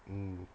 mm